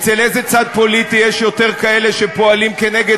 אצל איזה צד פוליטי יש יותר כאלה שפועלים כנגד